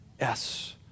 Yes